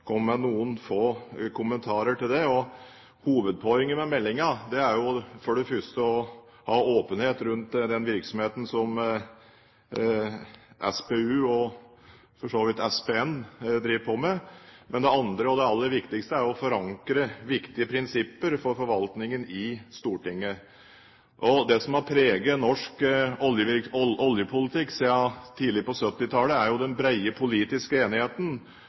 med noen få kommentarer til den. Hovedpoenget med meldingen er jo for det første å ha åpenhet rundt den virksomheten som Statens pensjonsfond utland, og for så vidt Statens pensjonsfond Norge, driver med. Men det andre, og aller viktigste, er å forankre viktige prinsipper for forvaltningen i Stortinget. Det som har preget norsk oljepolitikk siden tidlig på 1970-tallet, er den brede politiske enigheten